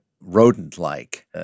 rodent-like